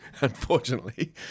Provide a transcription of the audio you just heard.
unfortunately